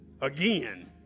again